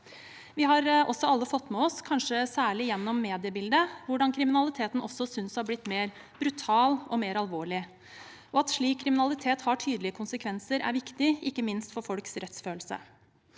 Vi har alle fått med oss, kanskje særlig gjennom mediebildet, hvordan kriminaliteten også synes å ha blitt mer brutal og mer alvorlig. At slik kriminalitet får tydelige konsekvenser, er viktig, ikke minst for folks rettsfølelse.